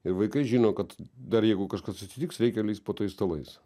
ir vaikai žino kad dar jeigu kažkas atsitiks reikia lįsti po tais stalais